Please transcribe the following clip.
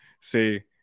Say